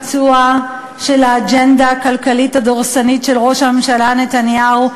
של האג'נדה הכלכלית הדורסנית של ראש הממשלה נתניהו,